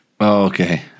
Okay